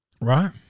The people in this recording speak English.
Right